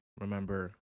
Remember